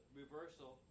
reversal